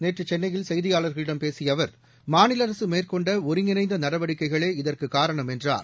நேற்றுசென்னையில் செய்தியாளர்களிடம் பேசியஅவர் மாநிலஅரசுமேற்கொண்டஒருங்கிணைந்தநடவடிக்கைகளே இதற்குக் காரணம் என்றார்